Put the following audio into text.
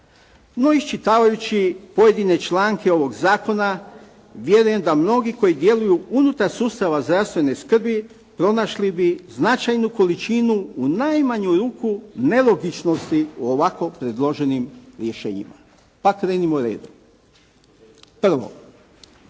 No, iščitavajući pojedine članke ovog zakona vjerujem da mnogi koji djeluju unutar sustava zdravstvene skrbi pronašli bi značajnu količinu, u najmanju ruku nelogičnosti u ovako predloženim rješenjima. Pa krenimo redom. Prvo,